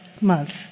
month